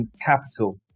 Capital